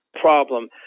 problem